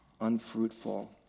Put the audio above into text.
unfruitful